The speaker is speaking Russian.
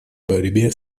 борьбе